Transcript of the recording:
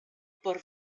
por